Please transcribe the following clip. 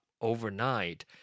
Overnight